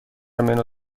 منو